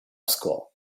school